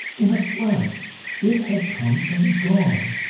in a flash it had come and gone,